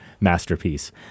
masterpiece